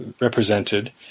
represented